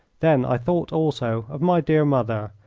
then i thought also of my dear mother,